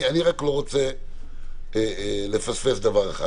אני לא רוצה לפספס דבר אחד.